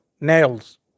nails